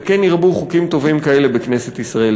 וכן ירבו חוקים טובים כאלה בכנסת ישראל.